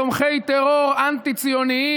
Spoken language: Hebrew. תומכי טרור אנטי-ציונים,